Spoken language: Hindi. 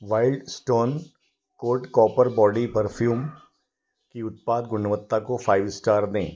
wild stone code copper body perfume की उत्पाद गुणवत्ता को फ़ाइव इस्टार दें